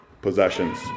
possessions